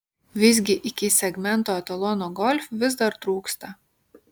visgi iki segmento etalono golf vis dar trūksta